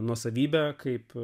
nuosavybę kaip